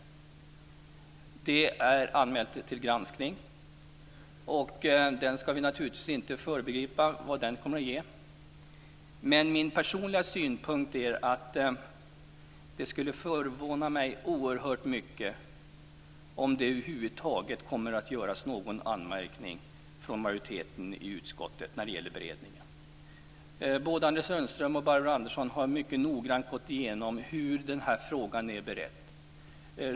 Ärendet är anmält till granskning, och den skall vi naturligtvis inte föregripa. Det skulle ändå förvåna mig oerhört mycket om majoriteten i utskottet över huvud taget kommer att göra någon anmärkning när det gäller beredningen. Både Anders Sundström och Barbro Andersson har mycket noggrant gått igenom hur frågan är beredd.